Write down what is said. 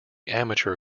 amateur